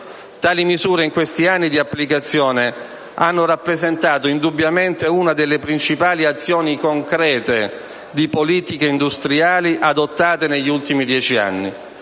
Tali misure in questi anni d'applicazione hanno rappresentato indubbiamente una delle principali azioni concrete di politica industriale adottate negli ultimi dieci anni,